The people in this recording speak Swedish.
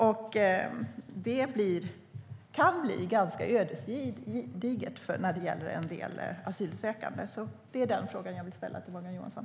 Och det kan bli ganska ödesdigert när det gäller en del asylsökande. Den frågan vill jag ställa till Morgan Johansson.